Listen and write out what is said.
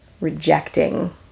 rejecting